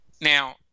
Now